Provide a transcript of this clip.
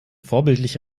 vorbildlich